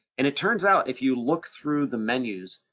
and it turns out if you look through the menus,